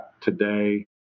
today